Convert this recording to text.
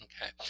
Okay